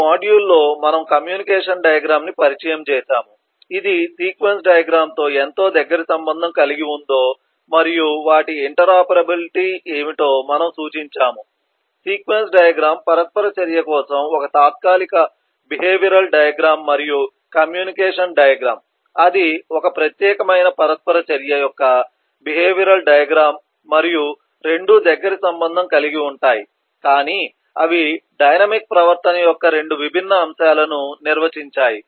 ఈ మాడ్యూల్లో మనము కమ్యూనికేషన్ డయాగ్రమ్ ని పరిచయం చేసాము ఇది సీక్వెన్స్ డయాగ్రమ్ తో ఎంత దగ్గరి సంబంధం కలిగి ఉందో మరియు వాటి ఇంటర్ఆపెరాబిలిటీ ఏమిటో మనము సూచించాము సీక్వెన్స్ డయాగ్రమ్ పరస్పర చర్య కోసం ఒక తాత్కాలిక బిహేవియరల్ డయాగ్రమ్ మరియు కమ్యూనికేషన్ డయాగ్రమ్ అది ఒక ప్రత్యేకమైన పరస్పర చర్య యొక్క బిహేవియరల్ డయాగ్రమ్ మరియు రెండూ దగ్గరి సంబంధం కలిగి ఉంటాయి కాని అవి డైనమిక్ ప్రవర్తన యొక్క 2 విభిన్న అంశాలను నిర్వచించాయి